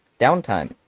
downtime